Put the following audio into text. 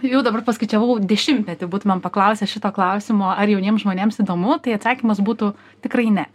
jau dabar paskaičiavau dešimtmetį būtumėm paklausę šito klausimo ar jauniems žmonėms įdomu tai atsakymas būtų tikrai ne